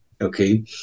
okay